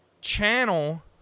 channel